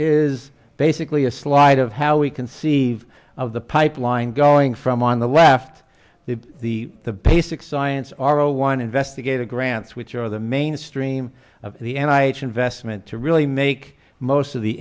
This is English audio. is basically a slide of how we conceive of the pipeline going from on the left the the the basic science are zero one investigator grants which are the mainstream of the and i invest meant to really make most of the